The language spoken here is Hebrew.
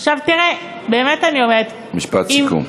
עכשיו, תראה, באמת אני אומרת, משפט סיכום.